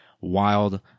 wild